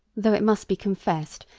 though it must be confessed,